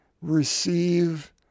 receive